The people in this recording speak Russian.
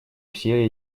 все